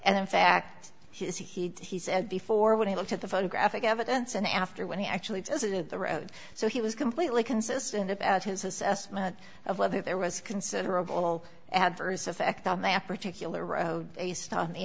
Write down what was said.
and in fact has he said before when he looked at the photographic evidence and after when he actually does it in the road so he was completely consistent about his assessment of whether there was considerable adverse effect on that particular road based on the